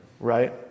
Right